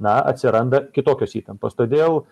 na atsiranda kitokios įtampos todėl